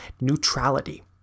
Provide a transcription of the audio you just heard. neutrality